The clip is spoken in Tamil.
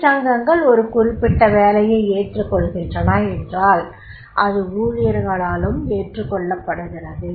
தொழிற்சங்கங்கள் ஒரு குறிப்பிட்ட வேலையை ஏற்றுக்கொள்கின்றன என்றால் அது ஊழியர்களாலும் ஏற்றுக்கொள்ளப்படுகிறது